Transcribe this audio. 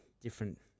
different